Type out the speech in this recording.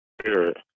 Spirit